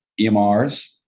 EMRs